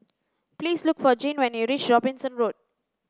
please look for Gene when you reach Robinson Road